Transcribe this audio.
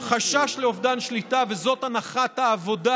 חשש לאובדן שליטה, זאת הנחת העבודה